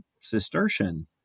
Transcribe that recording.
Cistercian